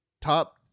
top